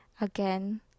again